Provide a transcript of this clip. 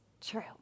true